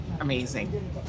amazing